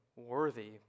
worthy